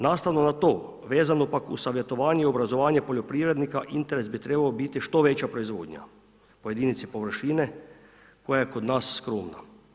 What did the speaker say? Nastavno na to, vezano pak uz savjetovanje i obrazovanje poljoprivrednika, interes bi trebao biti što veća proizvodnja po jedinici površine koja je kod nas skromna.